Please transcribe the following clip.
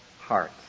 hearts